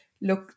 look